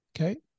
Okay